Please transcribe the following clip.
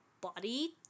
body